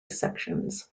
sections